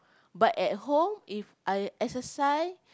but at home If I exercise